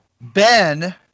Ben